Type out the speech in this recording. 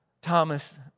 Thomas